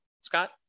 Scott